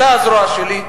אתה הזרוע שלי.